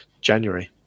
January